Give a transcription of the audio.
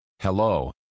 Hello